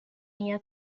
near